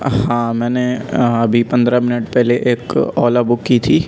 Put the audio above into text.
ہاں میں نے ابھی پندرہ منٹ پہلے ایک اولا بک کی تھی